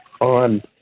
on